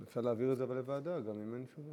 אבל אפשר להעביר את זה לוועדה גם אם אין תשובה.